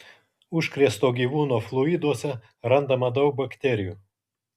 užkrėsto gyvūno fluiduose randama daug bakterijų